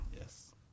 Yes